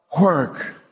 Work